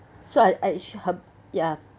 so I I actually hub~ ya